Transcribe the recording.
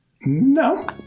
No